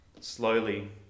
slowly